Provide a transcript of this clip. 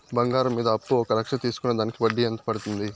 బంగారం మీద అప్పు ఒక లక్ష తీసుకున్న దానికి వడ్డీ ఎంత పడ్తుంది?